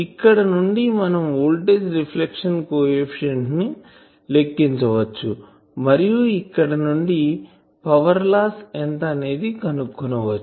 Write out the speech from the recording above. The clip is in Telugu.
ఇక్కడ నుండి మనం వోల్టాజ్ రిఫ్లెక్షన్ కోఎఫిషియంట్ ను లెక్కించవచ్చు మరియు ఇక్కడ నుండి పవర్ లాస్ ఎంత అనేది కనుక్కోవచ్చు